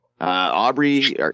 Aubrey